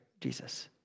Jesus